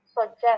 suggest